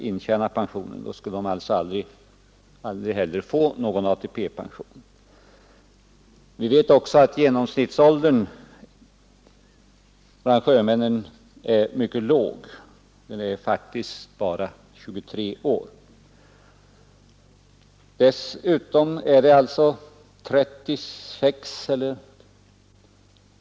Intjänandetiden för ATP är som bekant tre år. Vi vet också att genomsnittsåldern bland sjömännen är mycket låg, faktiskt bara 23 år.